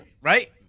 right